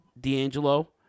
D'Angelo